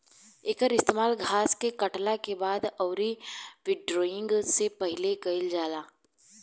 एकर इस्तेमाल घास के काटला के बाद अउरी विंड्रोइंग से पहिले कईल जाला